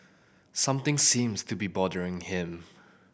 something seems to be bothering him